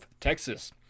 texas